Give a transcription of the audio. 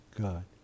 God